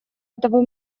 этого